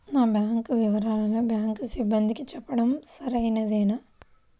నా బ్యాంకు వివరాలను బ్యాంకు సిబ్బందికి చెప్పడం సరైందేనా?